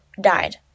died